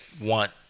Want